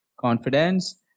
confidence